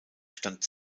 stand